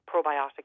probiotic